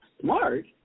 smart